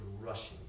rushing